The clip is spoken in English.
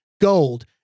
gold